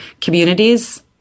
communities